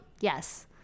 Yes